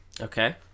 Okay